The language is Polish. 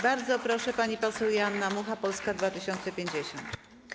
Bardzo proszę, pani poseł Joanna Mucha, Polska 2050.